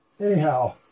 Anyhow